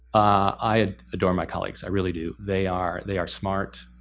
i adore my colleagues. i really do. they are they are smart.